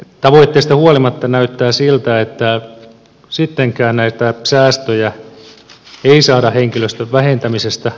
tavoitteista huolimatta näyttää siltä että sittenkään näitä säästöjä ei saada henkilöstön vähentämisestä